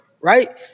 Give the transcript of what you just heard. right